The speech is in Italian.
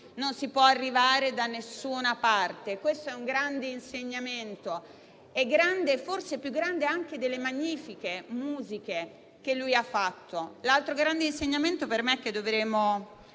non si può arrivare da nessuna parte. Questo è un grande insegnamento e forse è più grande anche delle magnifiche musiche che ha composto. L'altro grande insegnamento, che per me dovremmo